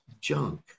junk